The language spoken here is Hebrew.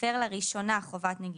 הפר לראשונה חובת נגישות,